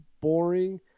boring